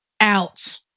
out